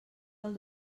del